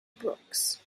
brooks